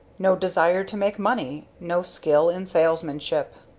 no desire to make money, no skill in salesmanship.